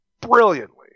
brilliantly